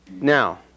Now